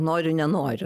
nori nenori